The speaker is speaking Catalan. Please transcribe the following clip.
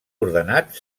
ordenat